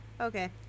Okay